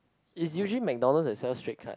is usually McDonald's they sell straight cut